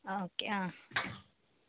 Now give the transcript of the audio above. okay ಹಾಂ